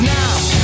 now